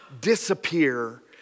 disappear